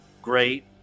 great